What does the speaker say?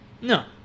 No